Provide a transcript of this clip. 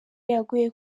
yaguye